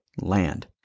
land